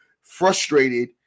frustrated